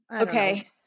Okay